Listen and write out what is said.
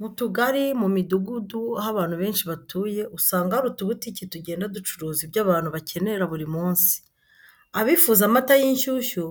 Mu tugari, mu midugudu aho abantu benshi batuye usanga hari utubutike tugenda ducuruza ibyo abantu bakenera buri munsi. Abifuza amata y'inshyushyu